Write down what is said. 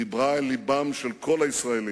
דיברה אל לבם של כל הישראלים,